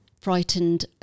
frightened